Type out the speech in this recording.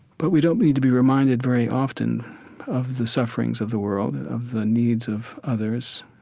but we don't need to be reminded very often of the sufferings of the world, of the needs of others,